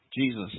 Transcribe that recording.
Jesus